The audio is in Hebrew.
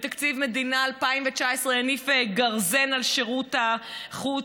ותקציב מדינה 2019 הניף גרזן על שירות החוץ,